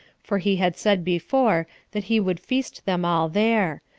for he had said before that he would feast them all there,